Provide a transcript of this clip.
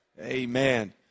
Amen